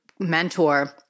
mentor